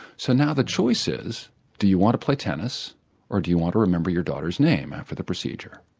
so now the choice is do you want to play tennis or do you want to remember your daughter's name after the procedure?